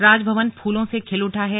राजभवन फूलों से खिल उठा है